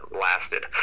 lasted